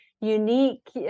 unique